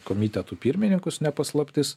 komitetų pirmininkus ne paslaptis